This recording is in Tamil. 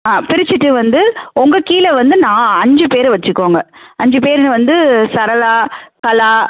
ஆ பிரிச்சிட்டு வந்து உங்க கீழ வந்து நான் அஞ்சு பேரை வச்சுக்கோங்க அஞ்சு பேர் வந்து சரளா கலா